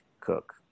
cook